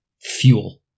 fuel